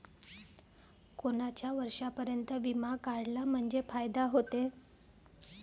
कोनच्या वर्षापर्यंत बिमा काढला म्हंजे फायदा व्हते?